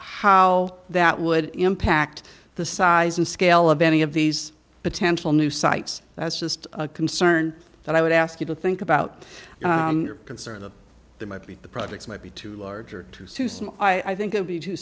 how that would impact the size and scale of any of these potential new sites that's just a concern but i would ask you to think about your concern that there might be the projects might be too large or too soon i think it be too